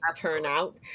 turnout